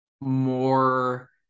more